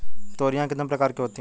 तोरियां कितने प्रकार की होती हैं?